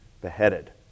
beheaded